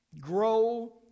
grow